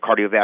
cardiovascular